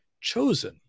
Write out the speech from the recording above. chosen